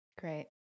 Great